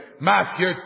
Matthew